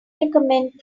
recommend